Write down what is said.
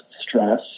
stress